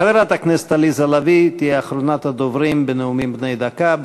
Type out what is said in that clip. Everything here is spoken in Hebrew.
חברת הכנסת עליזה לביא תהיה אחרונת הדוברים בנאומים בני דקה.